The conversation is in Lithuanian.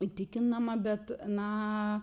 įtikinama bet na